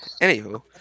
Anywho